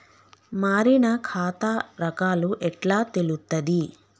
మారిన ఖాతా రకాలు ఎట్లా తెలుత్తది?